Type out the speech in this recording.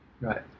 Right